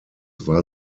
war